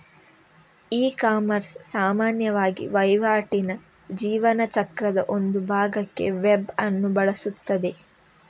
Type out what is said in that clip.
ecommerce ಸಾಮಾನ್ಯವಾಗಿ ವಹಿವಾಟಿನ ಜೀವನ ಚಕ್ರದ ಒಂದು ಭಾಗಕ್ಕೆ ವೆಬ್ ಅನ್ನು ಬಳಸುತ್ತದೆ